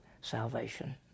salvation